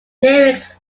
lyrics